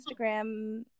Instagram